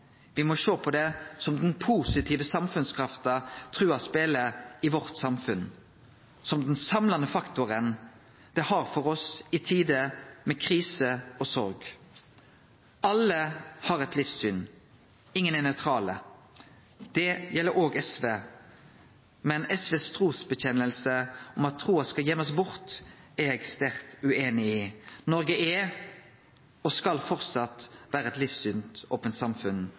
Me må sjå på den positive samfunnskrafta som trua speler i samfunnet vårt, på den samlande faktoren ho har for oss i tider med krise og sorg. Alle har eit livssyn. Ingen er nøytrale. Dette gjeld òg SV. Men SVs trusvedkjenning om at trua skal gøymast bort, er eg sterkt ueinig i. Noreg er og skal fortsatt vere eit livssynsope samfunn.